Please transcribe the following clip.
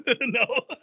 No